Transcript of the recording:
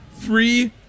Three